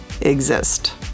exist